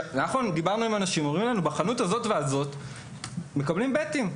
דיברנו אנשים והם אמרו לנו: בחנות הזו וזו מקבלים "בטים".